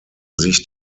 sich